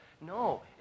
No